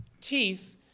teeth